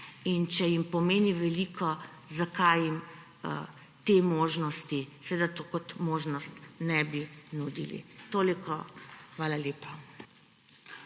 In če jim pomeni veliko, zakaj jim te možnosti, seveda to kot možnost ne bi nudili. Toliko. Hvala lepa.